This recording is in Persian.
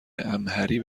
امهری